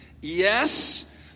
Yes